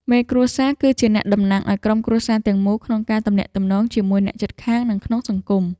មេគ្រួសារ គឺជាអ្នកតំណាងឱ្យក្រុមគ្រួសារទាំងមូលក្នុងការទំនាក់ទំនងជាមួយអ្នកជិតខាង និងក្នុងសង្គម។